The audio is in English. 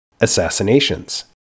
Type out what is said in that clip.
assassinations